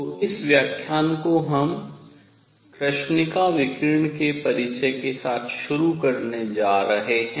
तो इस व्याख्यान को हम कृष्णिका विकिरण के परिचय के साथ शुरू करने जा रहे हैं